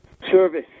service